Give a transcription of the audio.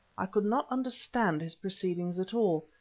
i could not understand his proceedings at all,